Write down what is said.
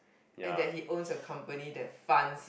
and that he owns a company that fund